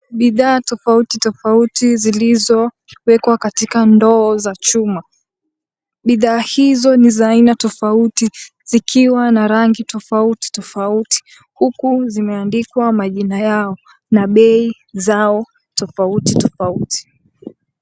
Bidhaa tofauti tofauti zilizo wekwa katika ndoo za chuma. Bidhaa hizo ni za aina tofauti zikiwa na rangi tofauti tofauti, huku zimeandikwa majina yao na bei zao tofauti tofauti.